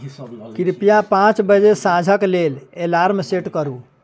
कृपया पाँच बजे साँझक लेल एलार्म सेट करू